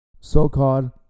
so-called